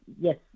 yes